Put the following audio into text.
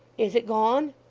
is it gone